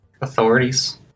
authorities